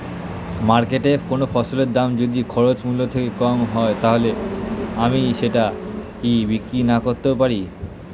মার্কেটৈ কোন ফসলের দাম যদি খরচ মূল্য থেকে কম হয় তাহলে আমি সেটা কি বিক্রি নাকরতেও পারি?